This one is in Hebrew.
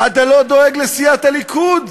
אתה לא דואג לסיעת הליכוד.